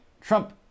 Trump